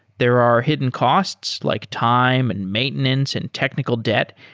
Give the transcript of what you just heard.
there are hidden costs like time, and maintenance, and technical debt,